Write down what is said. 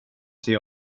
sig